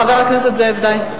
חבר הכנסת זאב, די.